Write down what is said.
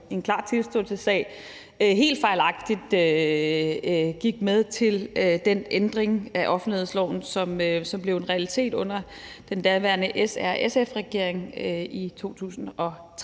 en klar tilståelsessag – helt fejlagtigt gik med til den ændring af offentlighedsloven, som blev en realitet under den daværende SRSF-regering i 2013.